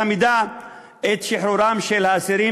וגם דורש באותה מידה את שחרורם של האסירים